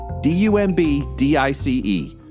D-U-M-B-D-I-C-E